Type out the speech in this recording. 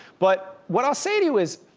but what i'll say to you is,